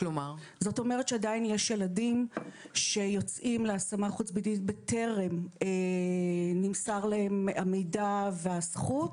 עדיין יש ילדים שיוצאים להשמה חוץ-ביתית בטרם נמסר להם המידע והזכות,